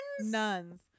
Nuns